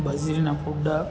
બાજરીનાં પૂડા